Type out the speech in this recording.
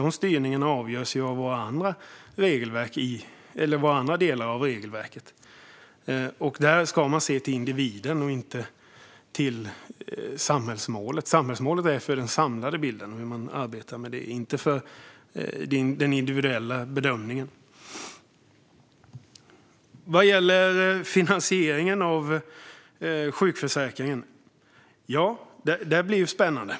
Denna styrning avgörs av våra andra delar av regelverket, och där ska man se till individen och inte till samhällsmålet. Samhällsmålet är till för den samlade bilden och hur man arbetar med den - inte för den individuella bedömningen. Vad gäller finansieringen av sjukförsäkringen blir det spännande.